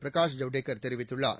பிரகாஷ் ஜவடேக்கர் தெரிவித்துள்ளார்